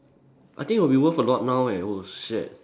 I think it would be worth a lot now it eh oh shit